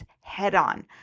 head-on